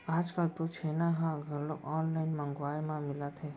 आजकाल तो छेना ह घलोक ऑनलाइन मंगवाए म मिलत हे